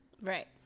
Right